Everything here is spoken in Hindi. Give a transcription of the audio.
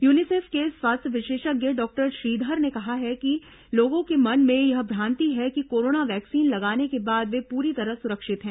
यूनिसेफ के स्वास्थ्य विशेषज्ञ डॉक्टर श्रीधर ने कहा है कि लोगों के मन में यह भ्रांति है कि कोरोना वैक्सीन लगाने के बाद वे पूरी तरह सुरक्षित है